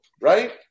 right